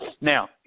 Now